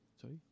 Sorry